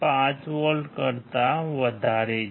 5 volt કરતા વધારે છે